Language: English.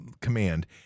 command